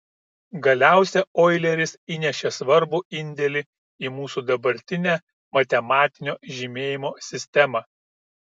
galiausia oileris įnešė svarbų indėlį į mūsų dabartinę matematinio žymėjimo sistemą